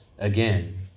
Again